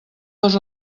dos